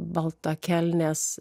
balta kelnes